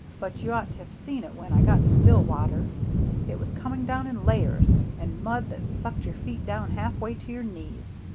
but you ought to have seen it when i got to stillwater it was coming down in layers, and mud that sucked your feet down halfway to your knees.